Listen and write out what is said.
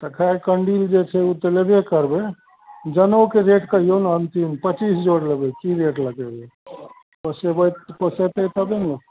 तऽ खैर कैण्डल जे छै उ तऽ लेबे करबय जनउके रेट कहियौ ने अन्तिम पचीस जोड़ लेबय की रेट लगेबय पोसेबैत पोसेतय तबे ने